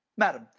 madam,